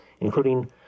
including